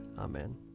Amen